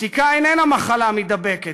שתיקה איננה מחלה מידבקת,